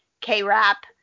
K-rap